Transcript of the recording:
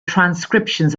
transcriptions